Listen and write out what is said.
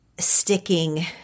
Sticking